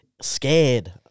scared